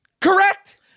Correct